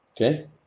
Okay